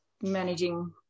managing